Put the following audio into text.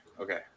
Okay